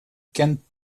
kent